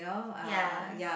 ya